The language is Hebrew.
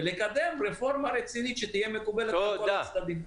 ולקדם רפורמה רצינית שתהיה מקובלת על כל הצדדים.